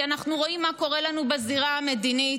כי אנחנו רואים מה קורה לנו בזירה המדינית.